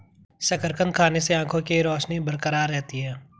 शकरकंद खाने से आंखों के रोशनी बरकरार रहती है